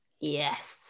yes